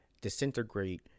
disintegrate